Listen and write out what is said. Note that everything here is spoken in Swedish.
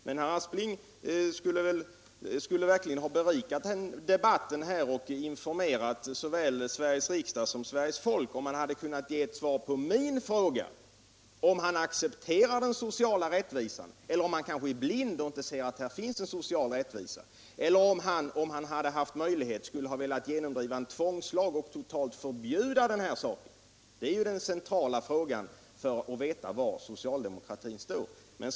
Herr Aspling skulle emellertid ha berikat debatten och informerat såväl Sveriges riksdag som Sveriges folk ifall han hade kunnat ge ett svar på min fråga om han accepterar den sociala orättvisan eller om han kanske är blind och inte ser att det här finns en social orättvisa, eller om han, för den händelse han hade haft möjlighet, skulle ha velat genomdriva en tvångslag och införa totalförbud. Detta är den centrala fråga som man måste få svar på för att kunna veta var socialdemokratin står.